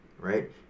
right